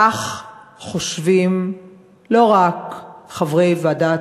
כך חושבים לא רק חברי ועדת,